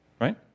Right